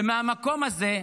ומהמקום הזה,